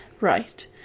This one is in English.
right